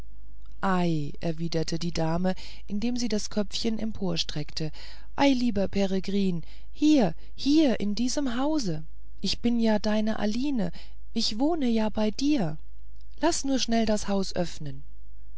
ei erwiderte die dame indem sie das köpfchen emporstreckte ei lieber peregrin hier hier in diesem hause ich bin ja deine aline ich wohne ja bei dir laß nur schnell das haus öffnen